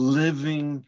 living